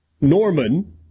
Norman